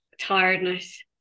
tiredness